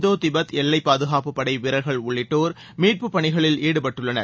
இந்தோ Tibet எல்லைப் பாதுகாப்புப் படை வீரர்கள் உள்ளிட்டோர் மீட்புப் பணிகளில் ஈடுபட்டுள்ளனர்